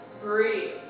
Breathe